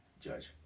judge